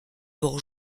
bords